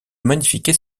magnifiques